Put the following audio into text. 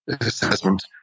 Assessment